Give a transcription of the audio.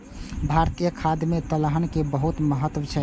भारतीय खाद्य मे दलहन के बहुत महत्व छै